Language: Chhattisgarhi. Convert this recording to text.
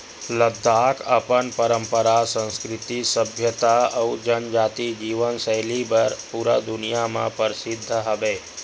लद्दाख अपन पंरपरा, संस्कृति, सभ्यता अउ जनजाति जीवन सैली बर पूरा दुनिया म परसिद्ध हवय